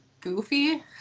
goofy